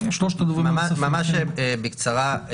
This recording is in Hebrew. ממש בקצרה,